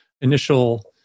initial